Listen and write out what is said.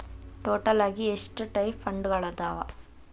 total ಆಗಿ ಎಷ್ಟ types ಫಂಡ್ಗಳದಾವ